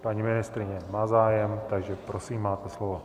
Paní ministryně má zájem, takže prosím, máte slovo.